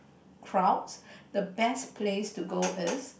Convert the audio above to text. crowds the best place to go is